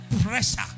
pressure